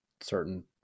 certain